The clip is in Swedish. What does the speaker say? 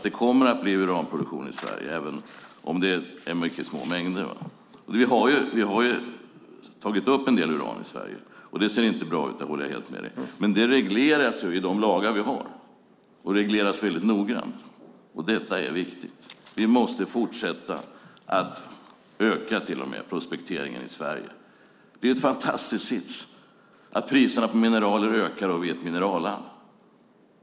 Det kommer att bli uranproduktion i Sverige, även om det är mycket små mängder. Vi har tagit upp en del uran i Sverige. Det ser inte bra ut. Det håller jag helt med om. Men det regleras ju i de lagar vi har och regleras väldigt noggrant. Detta är viktigt. Vi måste fortsätta och till och med öka prospekteringen i Sverige. Det är en fantastisk sits att priserna på mineraler ökar och vi är ett mineralland.